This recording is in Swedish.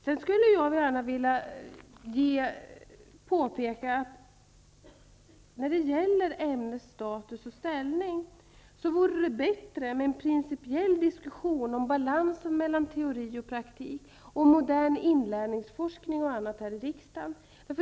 Jag skulle gärna vilka påpeka att det när det gäller ämnens status och ställning vore bättre med en principiell diskussion här i riksdagen om balansen mellan teori och praktik och om modern inlärningsforskning.